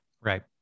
Right